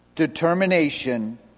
determination